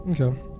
Okay